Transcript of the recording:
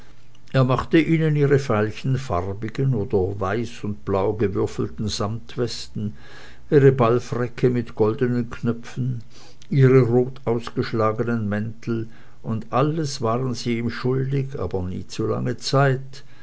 er machte ihnen ihre veilchenfarbigen oder weiß und blau gewürfelten sammetwesten ihre ballfräcke mit goldenen knöpfen ihre rot ausgeschlagenen mäntel und alles waren sie ihm schuldig aber nie zu lange zeit